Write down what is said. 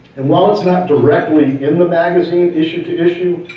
and while it's not directly in the magazine issue to issue,